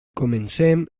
comencem